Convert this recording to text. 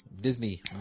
Disney